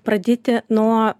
pradėti nuo